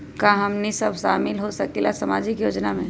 का हमनी साब शामिल होसकीला सामाजिक योजना मे?